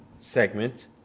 segment